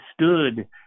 stood